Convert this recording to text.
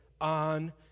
on